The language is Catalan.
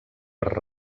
per